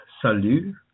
salut